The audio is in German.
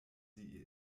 sie